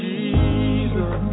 Jesus